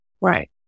Right